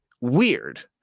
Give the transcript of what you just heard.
weird